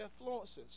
influences